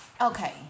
Okay